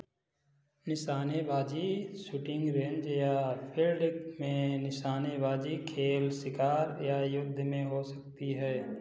निशानेबाज़ी shooting range या field में निशानेबाज़ी खेल शिकार या युद्ध में हो सकती है